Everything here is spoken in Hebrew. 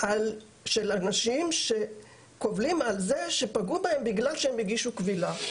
של אנשים שקובלים על כך שפגעו בהם בגלל שהם הגישו קבילה.